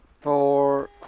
four